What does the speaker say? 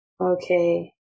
Okay